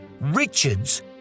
Richards